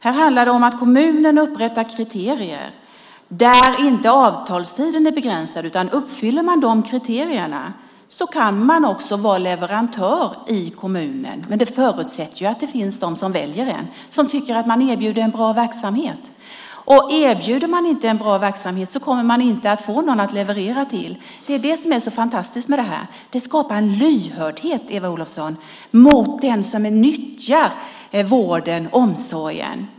Här handlar det om att kommunen upprättar kriterier där avtalstiden inte är begränsad. Uppfyller man de kriterierna kan man också vara leverantör i kommunen, men det förutsätter ju att det finns de som väljer en och som tycker att man erbjuder en bra verksamhet. Om man inte erbjuder en bra verksamhet kommer man inte att få någon att leverera till. Det är det som är så fantastiskt med det här. Det skapar en lyhördhet, Eva Olofsson, mot den som nyttjar vården och omsorgen.